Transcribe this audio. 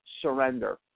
surrender